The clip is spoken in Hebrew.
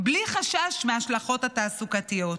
בלי חשש מההשלכות התעסוקתיות.